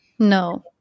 No